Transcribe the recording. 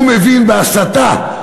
הוא מבין בהסתה,